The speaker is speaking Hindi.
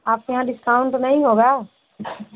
आपके यहाँ डिस्काउंट नहीं होगा